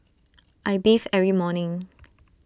I bathe every morning